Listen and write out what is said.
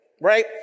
right